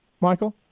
Michael